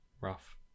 Rough